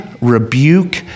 rebuke